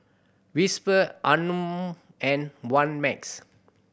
WhisperR Anmum and one Max